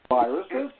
viruses